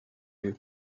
you